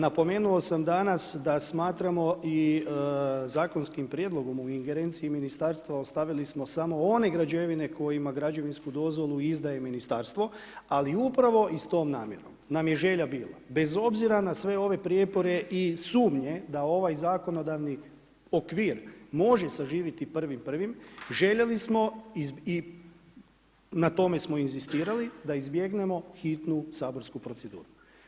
Napomenuo sam danas da smatramo i zakonski prijedlog u ingerenciji ministarstva, ostavili smo one građevine koje ima građevinsku dozvolu izdaje ministarstvo, ali upravo i s tom namjenom nam je želja bila, bez obzira na sve ove prijepore i sumnje da ovaj zakonodavni okvir, može saživiti sa 1.1 željeli smo i na tome smo inzistirali da izbjegnemo hitnu saborsku proceduru.